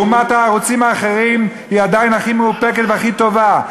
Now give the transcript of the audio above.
לעומת הערוצים האחרים היא עדיין הכי מאופקת והכי טובה.